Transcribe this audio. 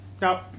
No